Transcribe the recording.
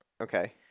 okay